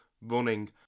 running